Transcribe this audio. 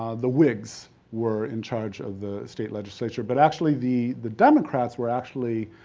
ah the wigs were in charge of the state legislature, but actually, the the democrats were actually,